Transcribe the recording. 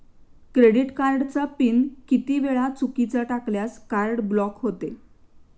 Credit कार्डचा PIN किती वेळा चुकीचा टाकल्यास कार्ड ब्लॉक होते?